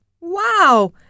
Wow